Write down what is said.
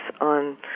on